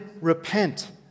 repent